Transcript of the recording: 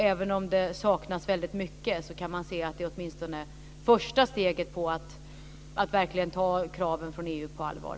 Även om det saknas väldigt mycket, kan man se att det åtminstone är första steget till att verkligen ta kraven från EU på allvar.